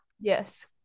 Yes